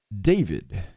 David